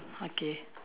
okay